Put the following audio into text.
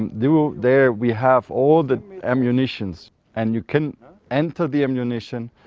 there we there we have all the ammunitions and you can enter the ammunition,